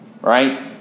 right